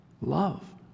love